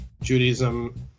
Judaism